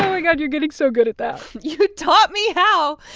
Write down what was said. um my god you're getting so good at that you taught me how.